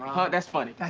that's funny. that's